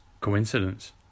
coincidence